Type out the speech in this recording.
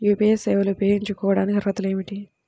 UPI సేవలు ఉపయోగించుకోటానికి అర్హతలు ఏమిటీ?